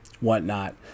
whatnot